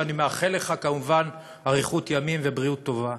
ואני מאחל לך כמובן אריכות ימים ובריאות טובה.